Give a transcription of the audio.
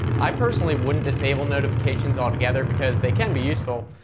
i personally wouldn't disable notifications altogether because they can be useful,